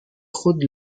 خود